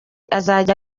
azajya